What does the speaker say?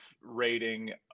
rating